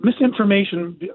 misinformation